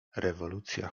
rewolucja